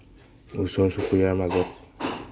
ওচৰ চুবুৰীয়াৰ মাজত